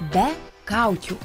be kaukių